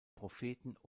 propheten